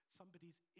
Somebody's